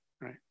right